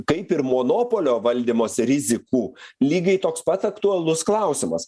kaip ir monopolio valdymas rizikų lygiai toks pat aktualus klausimas